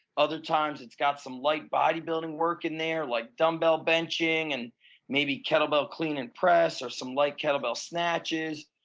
other times it's got some light bodybuilding work in there like dumbbell benching and maybe kettlebell clean and press or some light kettlebell snatches,